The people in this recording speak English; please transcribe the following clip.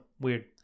weird